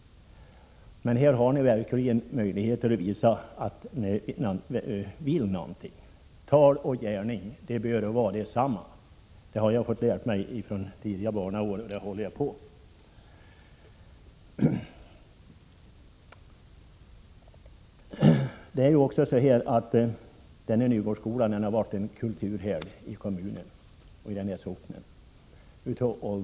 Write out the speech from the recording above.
Här har ni verkligen möjlighet att visa att ni vill någonting. Tal och gärning måste stämma överens. Det har jag fått lära mig i mina tidiga barnaår, och det håller jag fast vid. Nygårdsskolan har sedan gammalt varit en kulturhärd i kommunen och i socknen.